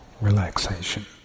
relaxation